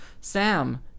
Sam